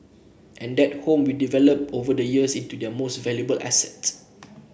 and that home we developed over the years into their most valuable asset